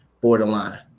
borderline